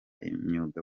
imyuga